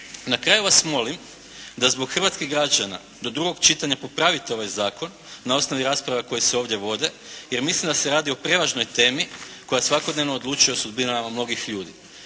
Na kraju vas molim da zbog hrvatskih građana do drugog čitanja popravite ovaj zakon na osnovi rasprave koje se ovdje vode, jer mislim da se radi o prevažnoj temi koja svakodnevno odlučuje o sudbinama mnogih ljudi.